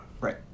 Right